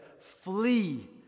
flee